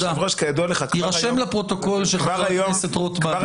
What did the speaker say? יירשם לפרוטוקול שחבר הכנסת רוטמן הביע